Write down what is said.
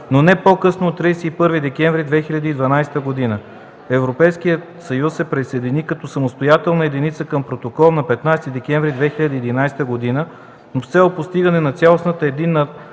но не по-късно от 31 декември 2012 г. Европейският съюз се присъедини като самостоятелна единица към протокола на 15 декември 2011 г., но с цел постигане на цялостна единна